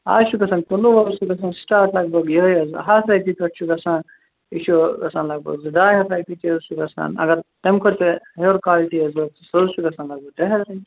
اَز چھُ گَژھان کلوٗ حظ چھُ گَژھان سِٹاٹ لگ بگ یِہَے حظ ہتھ رۄپیہِ پٮ۪ٹھ چھُ گَژھان یہِ چھُ گَژھان لگ بگ زٕ ڈاے ہتھ رۄپیہِ تہِ حظ چھُ گَژھان اگر تَمہِ کھۄتہٕ تہِ ہیٚور کالٹی آسہِ ضروٗرت سُہ حظ چھُ گَژھان لگ بگ ترٛےٚ ہتھ رۄپیہِ